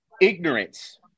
Ignorance